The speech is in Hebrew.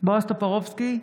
בועז טופורובסקי,